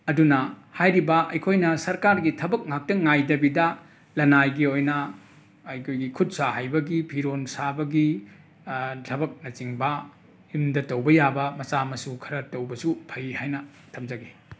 ꯑꯗꯨꯅ ꯍꯥꯏꯔꯤꯕ ꯑꯩꯈꯣꯏꯅ ꯁꯔꯀꯥꯔꯒꯤ ꯊꯕꯛ ꯉꯥꯛꯇ ꯉꯥꯏꯗꯕꯤꯗ ꯂꯅꯥꯏꯒꯤ ꯑꯣꯏꯅ ꯑꯩꯈꯣꯏꯒꯤ ꯈꯨꯠ ꯁꯥ ꯍꯩꯕꯒꯤ ꯐꯤꯔꯣꯟ ꯁꯥꯕꯒꯤ ꯊꯕꯛꯅꯆꯤꯡꯕ ꯌꯨꯝꯗ ꯇꯧꯕ ꯌꯥꯕ ꯃꯆꯥ ꯃꯁꯨ ꯈꯔ ꯇꯧꯕꯁꯨ ꯐꯩ ꯍꯥꯏꯅ ꯊꯝꯖꯒꯦ